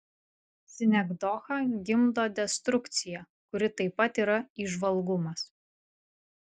sinekdocha gimdo destrukciją kuri taip pat yra įžvalgumas